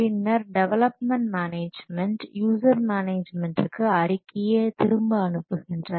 பின்னர் development management user மேனேஜ்மென்ட்க்கு அறிக்கையை திரும்ப அனுப்புகின்றனர்